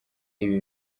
ibi